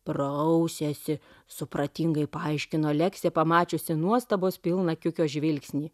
prausiasi supratingai paaiškino leksė pamačiusi nuostabos pilną kiukio žvilgsnį